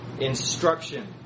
instruction